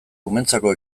umeentzako